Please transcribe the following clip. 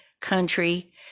country